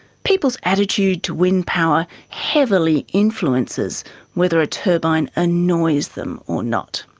people's attitude to wind power heavily influences whether a turbine annoys them or not.